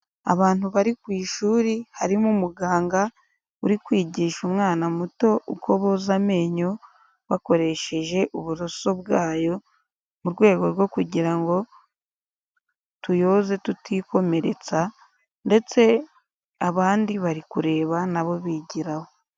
Abantu bari ku ishuri, harimo umuganga uri kwigisha umwana muto uko boza amenyo bakoresheje uburoso bwayo, mu rwego rwo kugira ngo tuyoze tutikomeretsa ndetse abandi bari kureba na bo bigiraho.